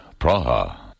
Praha